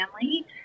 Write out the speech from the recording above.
family